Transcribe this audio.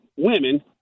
women